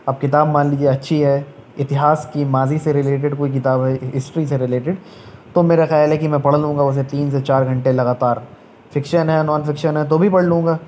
اب کتاب مان لیجیے اچھی ہے اتہاس کی ماضی سے ریلیٹیڈ کوئی کتاب ہے ہسٹری سے ریلیٹیڈ تو میرا خیال ہے کہ میں پڑھ لوں گا اسے تین سے چار گھنٹے لگاتار فکشن ہے نان فکشن ہے تو بھی پڑھ لوں گا